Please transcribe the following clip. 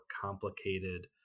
complicated